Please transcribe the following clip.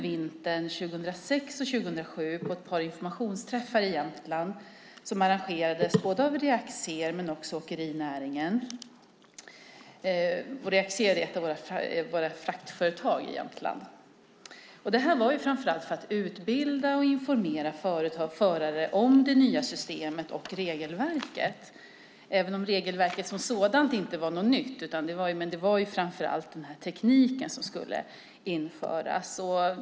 Vintern 2006-2007 deltog jag på ett par informationsträffar i Jämtland. De arrangerades av Reaxcer, ett av fraktföretagen i Jämtland, och av åkerinäringen. Syftet var framför allt att utbilda och informera företag och förare i fråga om det nya systemet och regelverket. Regelverket som sådant var inget nytt, utan det gällde framför allt den teknik som skulle införas.